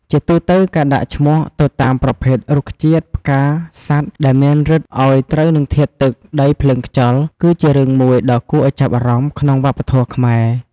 ជាទូទៅកាដាក់ឈ្មោះ ទៅតាមប្រភេទរុក្ខជាតិ ផ្កា សត្វដែលមានឫទ្ធិអោយត្រូវនឹងធាតុ ទឹក ដី ភ្លើង ខ្យល់ គឺជារឿងមួយដ៏គួរឲ្យចាប់អារម្មណ៍ក្នុងវប្បធម៌ខ្មែរ។